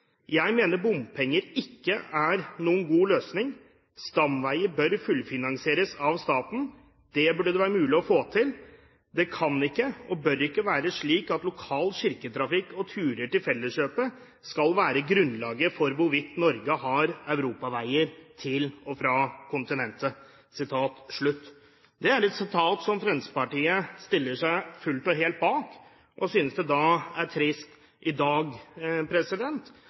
Jeg mener bompenger ikke er noen god løsning. Stamveier bør fullfinansieres av staten. Det burde det være fullt mulig å få til. Det kan ikke og bør ikke være slik at lokal kirketrafikk og turer til felleskjøpet skal være grunnlaget for hvorvidt Norge har Europaveier til og fra kontinentet.» Det er et sitat som Fremskrittspartiet stiller seg fullt og helt bak. Jeg synes det er trist i dag